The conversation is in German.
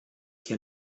hier